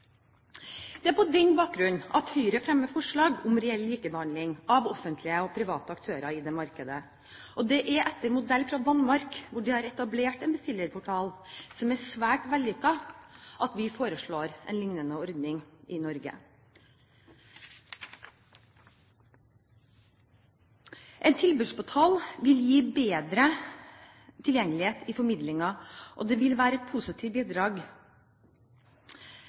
Det er på denne bakgrunn Høyre fremmer forslag om reell likebehandling av offentlige og private aktører i dette markedet. Det er etter modell fra Danmark, hvor de har etablert en bestillerportal, som er svært vellykket, at vi foreslår en lignende ordning i Norge. En tilbudsportal vil gi bedre tilgjengelighet i formidlingen, og det vil være et positivt bidrag,